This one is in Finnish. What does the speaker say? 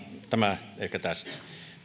tämä ehkä tästä